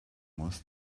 muss